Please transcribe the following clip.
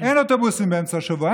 אין אוטובוסים באמצע השבוע,